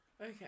Okay